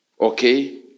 okay